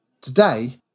today